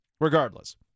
Regardless